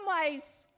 ways